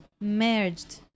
merged